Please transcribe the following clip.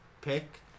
pick